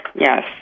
yes